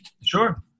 Sure